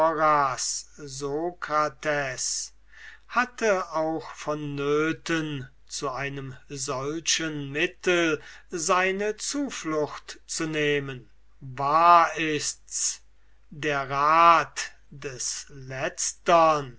hatte auch vonnöten zu einem solchen mittel seine zuflucht zu nehmen wahr ists der rat des letztern